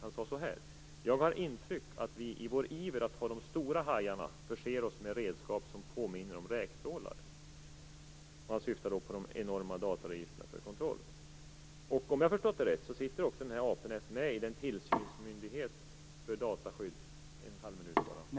Han sade så här: Jag har intrycket att vi i vår iver att ta de stora hajarna förser oss med redskap som påminner om räktrålare. Han syftar då på de enorma dataregistren för kontroll. Om jag har förstått det rätt sitter Apenes också med i en tillsynsmyndighet för dataskydd. Herr talman! Kan jag få en halv minut till?